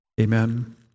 Amen